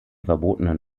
verbotenen